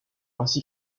ainsi